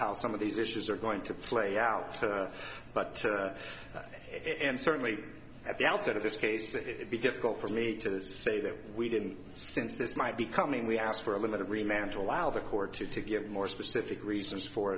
how some of these issues are going to play out but it and certainly at the outset of this case it would be difficult for me to say that we didn't since this might be coming we asked for a limited rematch allow the court to give more specific reasons for